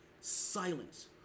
silence